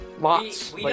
Lots